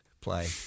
play